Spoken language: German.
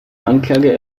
anklage